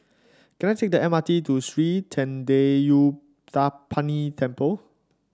can I take the M R T to Sri Thendayuthapani Temple